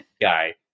guy